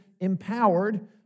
empowered